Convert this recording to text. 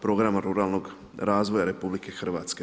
Programa ruralnog razvoja RH.